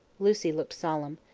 lucy looked solemn.